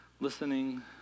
listening